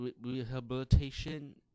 rehabilitation